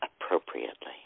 appropriately